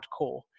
hardcore